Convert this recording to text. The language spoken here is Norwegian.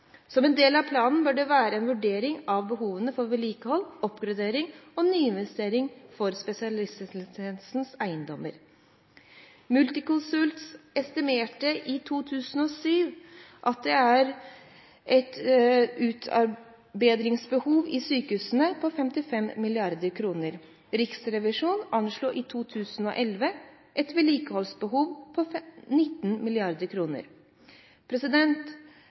Som en del av planen bør det være en vurdering av behovene for vedlikehold, oppgradering og nyinvesteringer for spesialisthelsetjenestenes eiendommer. Multiconsult estimerte i 2007 at det er et utbedringsbehov i sykehusene på 55 mrd. kr. Riksrevisjonen anslo i 2011 et vedlikeholdsbehov på 19